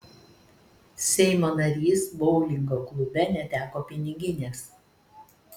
seimo narys boulingo klube neteko piniginės